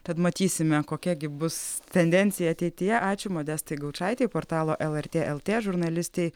tad matysime kokia gi bus tendencija ateityje ačiū modestai gaučaitei portalo lrt lt žurnalistei